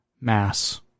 Mass